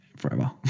forever